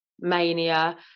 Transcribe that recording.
mania